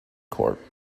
corps